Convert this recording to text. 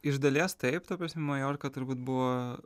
iš dalies taip ta prasme maljorka turbūt buvo